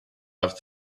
have